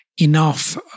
enough